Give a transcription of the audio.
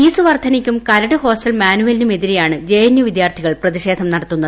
fees വർദ്ധനയ്ക്കും കരട് hostel മാനുവലിനും എതിരെയാണ് ജെ എൻ യു വിദ്യാർത്ഥികൾ പ്രതിഷേധം നടത്തുന്നത്